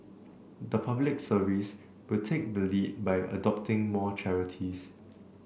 the Public Service will take the lead by adopting more charities